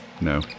No